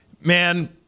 man